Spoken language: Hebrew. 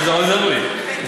מה זה עוזר לי?